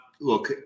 Look